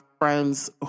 friends